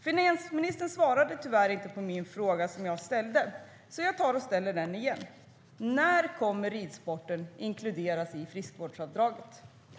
Finansministern svarade tyvärr inte på den fråga som jag ställde, så jag ställer den igen: När kommer ridsporten att inkluderas i friskvårdsavdraget?